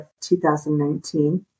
2019